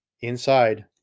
inside